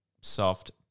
soft